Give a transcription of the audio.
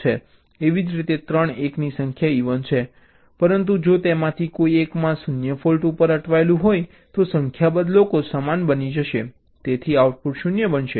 એવી જ રીતે 111 ની સંખ્યા ઇવન છે પરંતુ જો તેમાંથી કોઈ એકમાં ૦ ફૉલ્ટ ઉપર અટવાયેલું હોય તો સંખ્યાબંધ લોકો સમાન બની જશે તેથી આઉટપુટ 0 બનશે